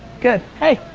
good. hey,